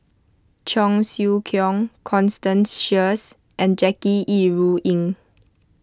Cheong Siew Keong Constance Sheares and Jackie Yi Ru Ying